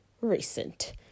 recent